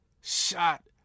shot